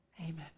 Amen